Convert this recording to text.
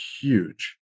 huge